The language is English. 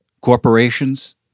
corporations